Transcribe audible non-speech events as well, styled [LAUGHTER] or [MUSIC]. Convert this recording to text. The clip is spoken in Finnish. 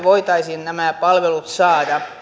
[UNINTELLIGIBLE] voitaisiin nämä palvelut saada